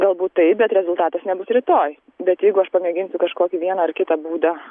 galbūt taip bet rezultatas nebus rytoj bet jeigu aš pamėginsiu kažkokį vieną ar kitą būdą